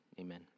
Amen